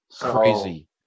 crazy